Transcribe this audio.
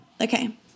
Okay